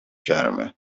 گرمه